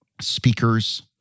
speakers